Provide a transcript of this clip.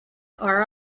are